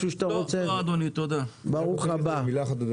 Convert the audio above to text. אבו שחאדה, ברוך הבא, תרצה להגיד משהו?